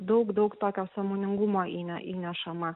daug daug tokio sąmoningumo įne įnešama